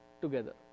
together